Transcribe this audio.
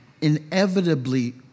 inevitably